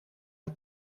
een